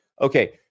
okay